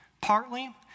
partly